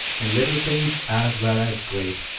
in little things as well as great.